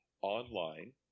online